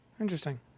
Interesting